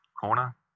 corner